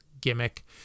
gimmick